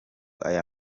aya